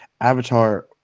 Avatar